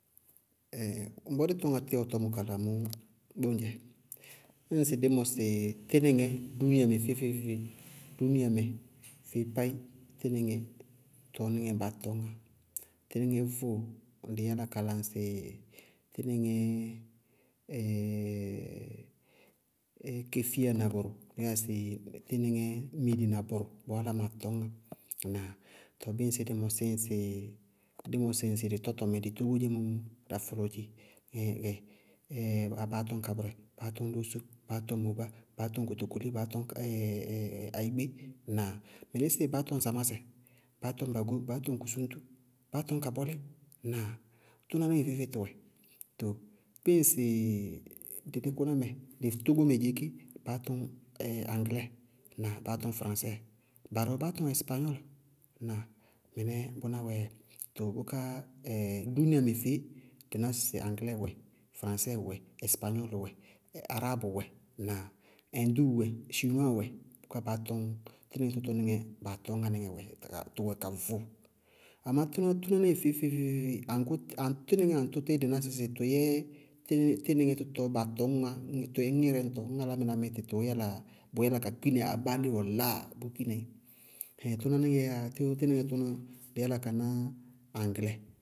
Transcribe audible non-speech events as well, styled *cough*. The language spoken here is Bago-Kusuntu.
*hesitation* ŋbɔɔ dí tɔñŋá tíwɔ tɔmɔ kala mɔɔ, bʋŋdzɛ. Ñŋsɩ dí mɔsɩ tínɩŋɛ dúúnia mɛ feé-feé-feé, dúúnia mɛ feé páí tínɩŋɛ, tɔɔ níŋɛɛ baa tɔñŋá, tínɩŋɛ vʋʋ, dɩí yála ka la ŋsɩ tínɩŋɛ *hesitation* kéfíya na bʋrʋ dí ya sɩ míili na bʋrʋ, bɔɔ álámaa tɔñŋá. Ŋnáa? Tɔɔ bíɩ ŋsɩ dɩ mɔsí ŋsɩ dɩ tɔtɔmɛ tógó dzémɔ mɔ, dá fɔlɔɔ dzeé, gɛ baá tɔñ kabʋrɛ, baá tɔñ kotokoli, baá tɔñ *hesitation* ayigbé, ŋnáa? Mɩnɩsɩɩ baá tɔñ samásɛ, baá tɔñ bagó, kusúñtú, baá tɔñ kabolí. Ŋnáa? Tʋnáníŋɛ feé-feé to wɛ. Too bɩɩ ŋsɩ dɩ dɩ kʋná mɛ dɩ togomɛ dzeé ké, baá tɔñ aŋgɩlɛɛ, ŋnáa? Baá tɔñ fraŋsɛɛ, barɩ wɛ baá tɔñ ɛsɩpaañɔɔlɩ. Ŋnáa? Mɩnɛɛ bʋná wɛɛ dzɛ. Tɔɔ bʋká dúúniamɛ feé dɩná sɩ aŋgɩlɛɛ wɛ, fraŋsɛɛ wɛ, ɛsɩpaañɔɔlɩ wɛ, aráabʋ wɛ, ŋnáa? Ɛŋdúu wɛ chiinɔwáa wɛ, bʋká baá tɔñ tínɩŋɛ tʋtɔɔníŋɛɛ baa tɔñŋá níŋɛ wɛ, tʋwɛ ka vʋ. Amá tʋná tʋná níŋɛ feé-feé-feé-feé, tínɩŋɛ aŋtʋtíí dɩná sɩ tʋyɛ tínɩŋɛ tɔtɔ baa tɔñŋá, tʋyɛ ŋírɛ ñtɔ ñŋ álámɩná mí tɩ tʋʋ yála, bʋʋ yála ka kpína í abáa léé ɔ láa bʋʋ kpína í tʋnáníŋɛ aa dɩí yála ka ná aŋgɩlɛɛ.